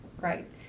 Right